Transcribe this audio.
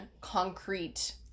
concrete